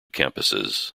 campuses